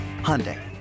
Hyundai